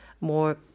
more